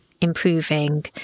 improving